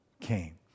came